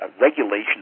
regulation